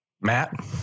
Matt